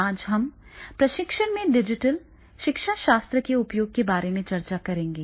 आज हम प्रशिक्षण में डिजिटल शिक्षाशास्त्र के उपयोग के बारे में चर्चा करेंगे